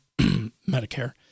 Medicare